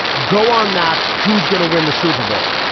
go on that. who's going to win the super bowl?